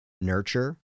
nurture